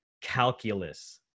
calculus